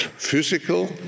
physical